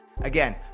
Again